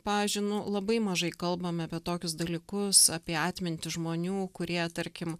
pavyzdžiui nu labai mažai kalbame apie tokius dalykus apie atmintį žmonių kurie tarkim